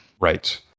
Right